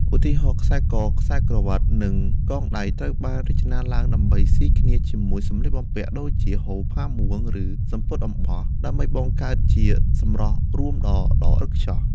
ឧទាហរណ៍ ខ្សែ ក ខ្សែក្រវាត់ និងកងដៃ ត្រូវបានរចនាឡើងដើម្បីស៊ីគ្នាជាមួយសម្លៀកបំពាក់ដូចជា ហូល ផាមួង ឬសំពត់អំបោះ ដើម្បីបង្កើតជាសម្រស់រួមដ៏ល្អឥតខ្ចោះ។